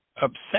upset